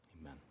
Amen